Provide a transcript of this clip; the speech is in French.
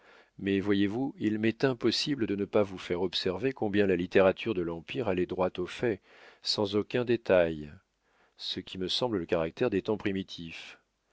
mais voyez-vous il m'est impossible de ne pas vous faire observer combien la littérature de l'empire allait droit au fait sans aucun détail ce qui me semble le caractère des temps primitifs